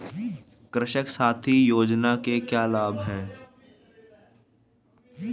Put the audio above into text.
कृषक साथी योजना के क्या लाभ हैं?